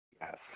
yes